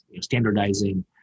standardizing